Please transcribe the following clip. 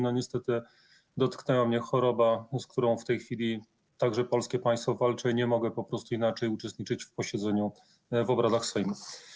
Niestety dotknęła mnie choroba, z którą w tej chwili także polskie państwo walczy, i nie mogę po prostu inaczej uczestniczyć w posiedzeniu, w obradach Sejmu.